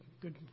good